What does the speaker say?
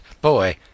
Boy